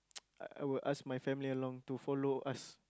I I will ask my family along to follow us